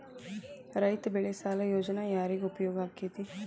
ರೈತ ಬೆಳೆ ಸಾಲ ಯೋಜನೆ ಯಾರಿಗೆ ಉಪಯೋಗ ಆಕ್ಕೆತಿ?